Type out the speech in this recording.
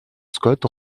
scott